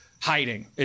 hiding